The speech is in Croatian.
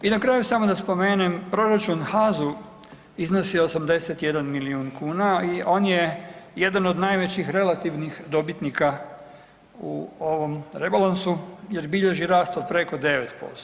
I na raju samo da spomenem proračun HAZU iznosi 81 milijun kuna i on je jedan od najvećih relativnih dobitnika u ovom rebalansu jer bilježi rast od preko 9%